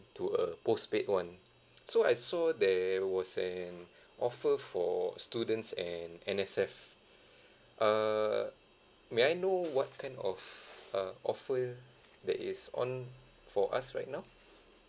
to a postpaid one so I saw there was an offer for students and N_S_F err may I know what kind of uh offer that is on for us right now